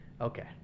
Okay